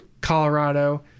Colorado